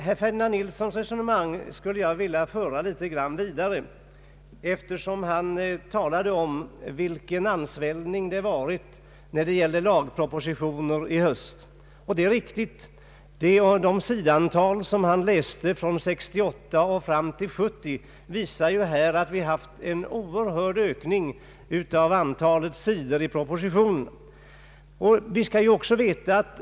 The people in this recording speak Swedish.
Herr Ferdinand Nilssons resonemang skulle jag vilja föra vidare, eftersom han talade om vilken ansvällning det varit i höst när det gäller lagpropositioner. Det är riktigt. De sidantal han räknade upp från 1968 fram till 1970 visar ju att vi haft en oerhörd ökning av antalet sidor i propositionerna.